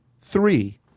three